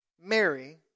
Mary